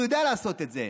הוא יודע לעשות את זה,